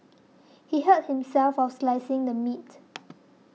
he hurt himself while slicing the meat